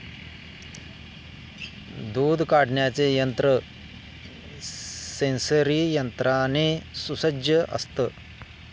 दूध काढण्याचे यंत्र सेंसरी यंत्राने सुसज्ज असतं